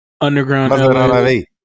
underground